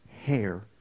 hair